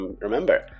Remember